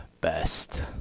best